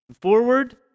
forward